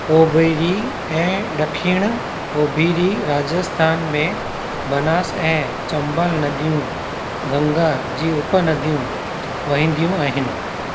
ओभिरी ऐं ॾखिण ओभिरी राजस्थान में बनास ऐं चंबल नदियूं गंगा जी उपनदियूं वहिंदियूं आहिनि